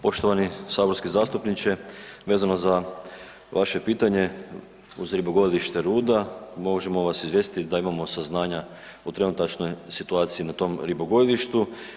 Poštovani saborski zastupniče, vezano za vaše pitanje uz ribogojilište Ruda, možemo vas izvijestiti da imamo saznanja o trenutačnoj situaciji na tom ribogojilištu.